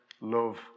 love